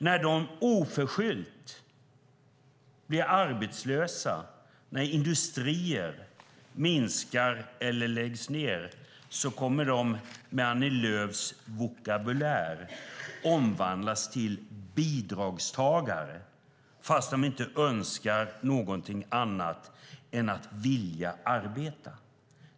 När de oförskyllt blir arbetslösa när industrier minskar eller läggs ned kommer de med Annie Lööfs vokabulär att omvandlas till bidragstagare, fast de inte önskar någonting annat än att arbeta.